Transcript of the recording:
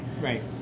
right